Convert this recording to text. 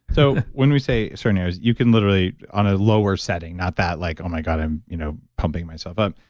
so when we say certain areas, you can literally on a lower setting, not that like, oh my god, i'm you know pumping myself up.